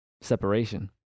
separation